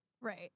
right